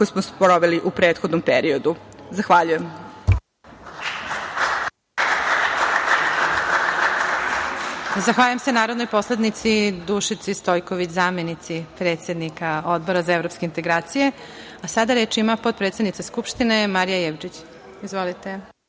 koje smo sproveli u prethodnom periodu. Zahvaljujem. **Elvira Kovač** Zahvaljujem se, narodnoj poslanici Dušici Stojković, zamenici predsednika Odbora za evropske integracije. Sada reč ima potpredsednica Skupštine, Marija Jevđić. Izvolite.